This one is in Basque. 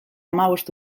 hamabost